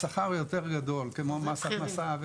שכר יותר גדול כמו מס הכנסה,